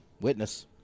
Witness